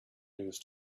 news